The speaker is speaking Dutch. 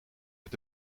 met